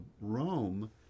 Rome